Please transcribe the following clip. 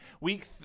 Week